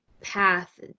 path